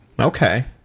Okay